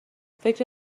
فکر